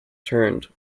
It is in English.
turned